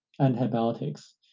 antibiotics